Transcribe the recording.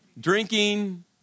drinking